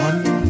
One